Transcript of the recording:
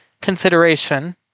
consideration